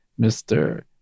Mr